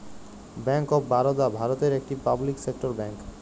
bank of Baroda ভারতের একটি public sector bank